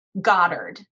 Goddard